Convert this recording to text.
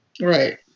Right